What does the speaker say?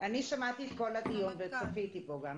אני שמעתי את כל הדיון וצפיתי בו גם.